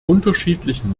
unterschiedlichen